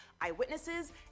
eyewitnesses